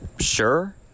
Sure